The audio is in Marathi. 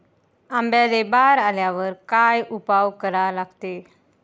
आंब्याले बार आल्यावर काय उपाव करा लागते?